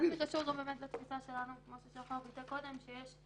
יש דברים